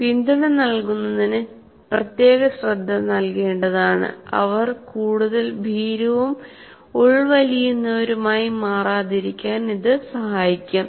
പിന്തുണ നൽകുന്നതിന് പ്രത്യേക ശ്രദ്ധ നൽകേണ്ടതാണ് അവർ കൂടുതൽ ഭീരുവും ഉൾവലിയുന്നവരുമായി മാറാതിരിക്കാൻ സഹായിക്കും